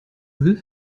müll